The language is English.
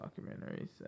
documentaries